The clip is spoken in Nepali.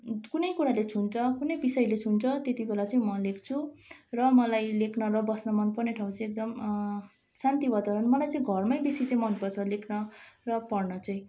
कुनै कुराले छुन्छ कुनै विषयले छुन्छ त्यति बेला चाहिँ म लेख्छु र मलाई लेख्न र बस्न मनपर्ने ठाउँ चाहिँ एकदम शान्ति वातावरण मलाई चाहिँ घरमै बेसी चाहिँ मनपर्छ लेख्न र पढ्न चाहिँ